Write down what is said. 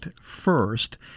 first